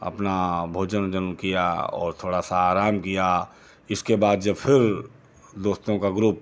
अपना भोजन ओजन किया और थोड़ा सा आराम किया इसके बाद जब फिर दोस्तों का ग्रुप